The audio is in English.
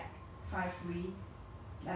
I mean maybe it's in the article lah but